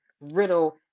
riddle